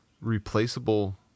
replaceable